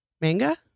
manga